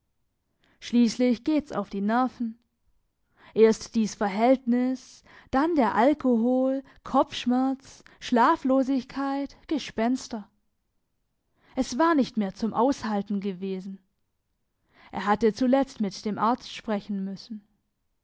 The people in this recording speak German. schliesslich geht's auf die nerven erst dies verhältnis dann der alkohol kopfschmerz schlaflosigkeit gespenster es war nicht mehr zum aushalten gewesen er hatte zuletzt mit dem arzt sprechen müssen